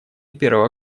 первого